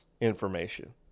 information